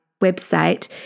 website